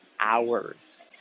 hours